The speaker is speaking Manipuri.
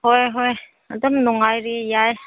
ꯍꯣꯏ ꯍꯣꯏ ꯑꯗꯨꯝ ꯅꯨꯡꯉꯥꯏꯔꯤ ꯌꯥꯏ